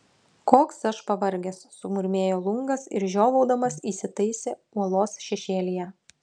koks aš pavargęs sumurmėjo lungas ir žiovaudamas įsitaisė uolos šešėlyje